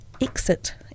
exit